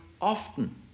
often